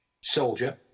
soldier